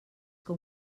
que